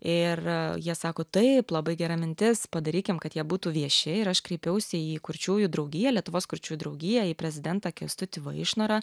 ir jie sako taip labai gera mintis padarykim kad jie būtų vieši ir aš kreipiausi į kurčiųjų draugiją lietuvos kurčiųjų draugiją į prezidentą kęstutį vaišnorą